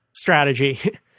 strategy